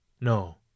No